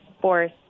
force